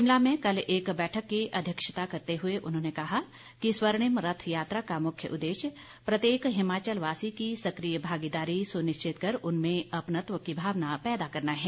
शिमला में कल एक बैठक की अध्यक्षता करते हुए उन्होंने कहा कि स्वर्णिम रथ यात्रा का मुख्य उद्देश्य प्रत्येक हिमाचल वासी की सक्रिय भागीदारी सुनिश्चित कर उनमें अपनत्व की भावना पैदा करना है